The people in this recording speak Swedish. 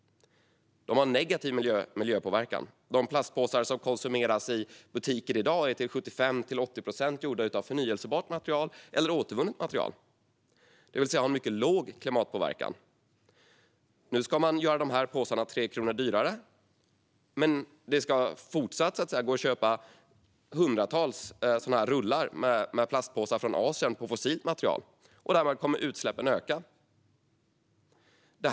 De har negativ miljöpåverkan. De plastpåsar som konsumeras i butiker i dag är till 75-80 procent gjorda av förnybart eller återvunnet material. De har alltså en mycket liten klimatpåverkan. Nu ska man göra dessa påsar 3 kronor dyrare, men det ska fortsatt kunna gå att köpa hundratals rullar med plastpåsar gjorda av fossilt material i Asien. Därmed kommer utsläppen att öka. Fru talman!